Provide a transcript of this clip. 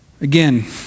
Again